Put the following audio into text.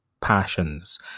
passions